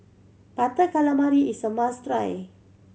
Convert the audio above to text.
Butter Calamari is a must try